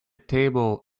table